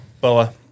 Boa